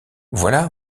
voilà